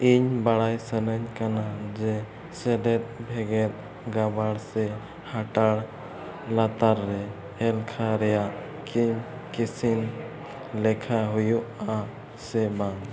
ᱤᱧ ᱵᱟᱲᱟᱭ ᱥᱟᱹᱱᱟᱹᱧ ᱠᱟᱱᱟ ᱡᱮ ᱥᱮᱞᱮᱫ ᱵᱷᱮᱜᱮᱫ ᱜᱟᱵᱟᱬ ᱥᱮ ᱦᱟᱴᱟᱬ ᱞᱟᱛᱟᱨ ᱨᱮ ᱮᱞᱠᱷᱟ ᱨᱮᱭᱟᱜ ᱠᱤᱢ ᱠᱤᱥᱱᱤ ᱞᱮᱠᱷᱟ ᱦᱩᱭᱩᱜᱼᱟ ᱥᱮ ᱵᱟᱝ